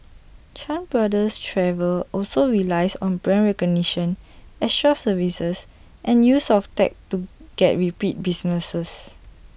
chan brothers travel also relies on brand recognition extra services and use of tech to get repeat business